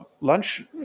lunch